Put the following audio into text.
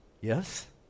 Yes